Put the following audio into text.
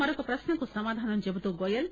మరొక ప్రశ్నకు సమాధానం చెబుతూ గోయెల్